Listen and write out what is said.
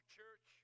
church